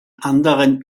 anderen